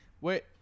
Wait